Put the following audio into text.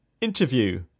interview